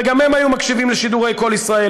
וגם הם היו מקשיבים לשידורי "קול ישראל".